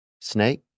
Snake